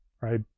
right